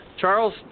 Charles